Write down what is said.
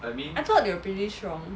I thought they were pretty strong